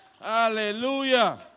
Hallelujah